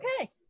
Okay